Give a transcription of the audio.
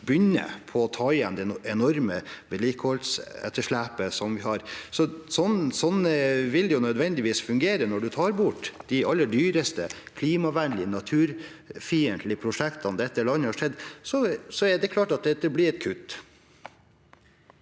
begynne å ta igjen det enorme vedlikeholdsetterslepet vi har. Sånn vil det nødvendigvis fungere når man tar bort de aller dyreste klima- og naturfiendtlige prosjektene dette landet har sett. Det er klart at dette blir et kutt.